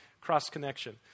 cross-connection